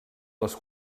les